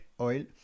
oil